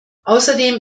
außerdem